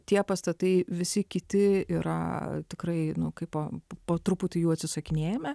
tie pastatai visi kiti yra tikrai nu kaip po truputį jų atsisakinėjame